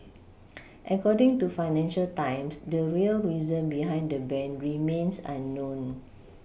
according to financial times the real reason behind the ban remains unknown